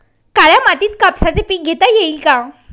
काळ्या मातीत कापसाचे पीक घेता येईल का?